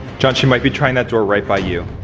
johns he might be trying that door right by you?